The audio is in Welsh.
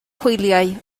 hwyliau